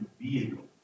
vehicle